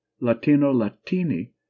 Latino-Latini